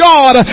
God